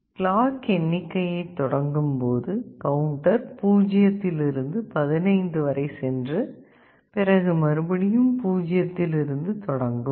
clock எண்ணிக்கையை தொடங்கும்போது counter பூஜ்ஜியத்தில் இருந்து 15 வரை சென்று பிறகு மறுபடியும் பூஜ்ஜியத்தில் இருந்து தொடங்கும்